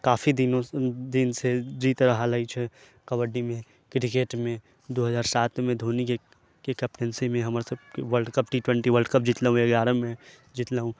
काफी दिन दिनसँ जीत रहल अछि कबड्डीमे क्रिकेटमे दू हजार सातमे धोनीके कैप्टनशिपमे हमर सबके world cup T twenty world cup जीतलहुँ एगारहमे जीतलहुँ